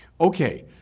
Okay